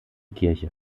kirche